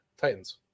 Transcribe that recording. Titans